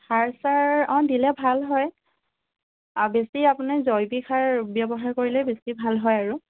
সাৰ চাৰ অ দিলে ভাল হয় বেছি আপুনি জৈৱিক সাৰ ব্যৱহাৰ কৰিলে বেছি ভাল হয় আৰু